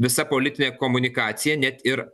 visa politinė komunikacija net ir